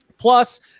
plus